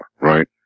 Right